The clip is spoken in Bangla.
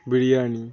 বিরিয়ানি